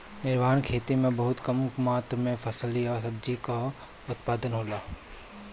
निर्वाह खेती में बहुत कम मात्र में फसल या सब्जी कअ उत्पादन होला